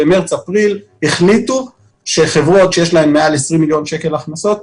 במארס-אפריל החליטו שחברות שיש להן מעל 20 מיליון שקלים הכנסות,